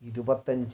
ഇരുപത്തഞ്ച്